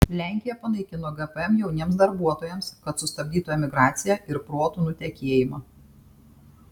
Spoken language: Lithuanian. lenkija panaikino gpm jauniems darbuotojams kad sustabdytų emigraciją ir protų nutekėjimą